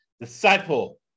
disciple